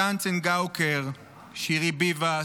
מתן צנגאוקר, שירי ביבס,